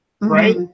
right